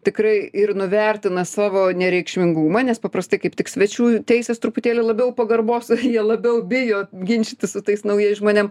tikrai ir nuvertina savo nereikšmingumą nes paprastai kaip tik svečių teisės truputėlį labiau pagarbos jie labiau bijo ginčytis su tais naujais žmonėm